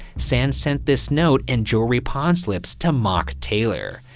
sands sent this note and jewelry pawn slips to mock taylor.